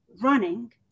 running